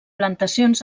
plantacions